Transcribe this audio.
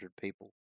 people